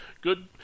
good